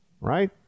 Right